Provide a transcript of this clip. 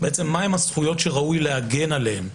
מהן הזכויות שראוי להגן עליהן?